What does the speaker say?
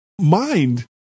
mind